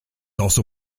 also